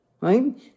right